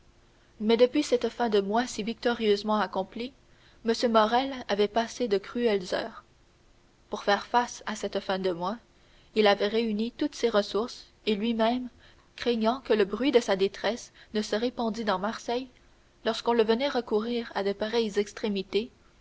mais depuis cette fin de mois si victorieusement accomplie m morrel avait passé de cruelles heures pour faire face à cette fin de mois il avait réuni toutes ses ressources et lui-même craignant que le bruit de sa détresse ne se répandît dans marseille lorsqu'on le verrait recourir à de pareilles extrémités